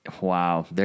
Wow